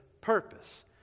purpose